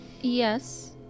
Yes